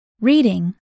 Reading